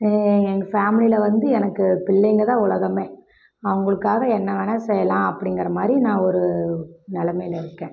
எங்கள் ஃபேமிலியில் வந்து எனக்கு பிள்ளைங்கள்தான் உலகமே அவர்களுக்காக என்ன வேணாம் செய்யலாம் அப்படிங்கிற மாதிரி நான் ஒரு நெலமையில் இருக்கேன்